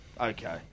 Okay